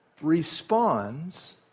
responds